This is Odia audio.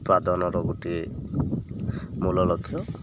ଉତ୍ପାଦନର ଗୋଟିଏ ମୂଳଲକ୍ଷ